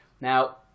Now